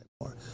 more